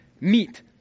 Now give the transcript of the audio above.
meet